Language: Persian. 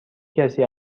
کسی